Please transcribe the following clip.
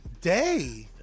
day